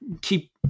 keep